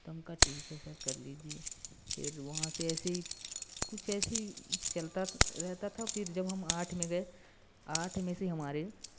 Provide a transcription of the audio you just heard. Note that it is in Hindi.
तो हम कहा ठीक है सर कर लीजिए फिर वहाँ से ऐसे ही कुछ ऐसे ही चलता रहता था फिर जब आठ में गए आठ में से हमारे